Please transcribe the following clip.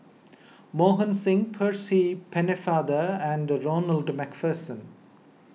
Mohan Singh Percy Pennefather and Ronald MacPherson